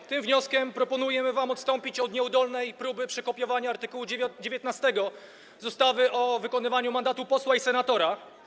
W tym wniosku proponujemy wam odstąpienie od nieudolnej próby przekopiowania art. 19 z ustawy o wykonywaniu mandatu posła i senatora.